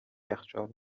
یخچال